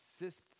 assists